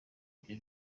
ibyo